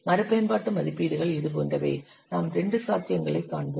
மறுபயன்பாட்டு மதிப்பீடுகள் இதுபோன்றவை நாம் இரண்டு சாத்தியங்களைக் காண்போம்